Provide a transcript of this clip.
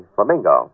Flamingo